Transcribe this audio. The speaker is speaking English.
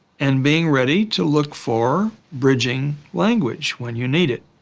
and being ready to look for bridging language when you need it.